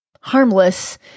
harmless